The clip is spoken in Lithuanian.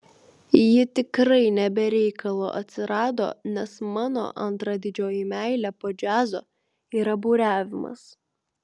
ji tikrai ne be reikalo atsirado nes mano antra didžioji meilė po džiazo yra buriavimas